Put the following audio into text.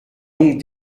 donc